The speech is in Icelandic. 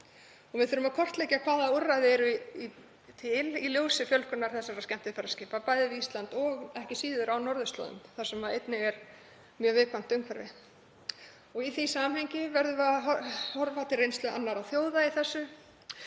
Við þurfum að kortleggja hvaða úrræði eru í til í ljósi fjölgunar þessara skemmtiferðaskipa, bæði við Ísland og ekki síður á norðurslóðum þar sem einnig er mjög viðkvæmt umhverfi. Í því samhengi verðum við að horfa til reynslu annarra þjóða og